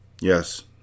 Yes